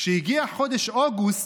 כשהגיע חודש אוגוסט,